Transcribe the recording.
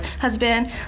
husband